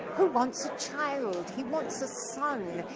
who wants a child. he wants a son.